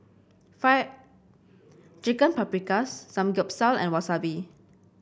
Fire Chicken Paprikas Samgeyopsal and Wasabi